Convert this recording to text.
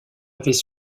avaient